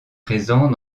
présents